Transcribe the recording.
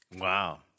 Wow